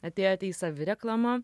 atėjote į savireklamą